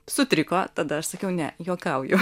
sutriko tada aš sakiau ne juokauju